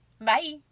Bye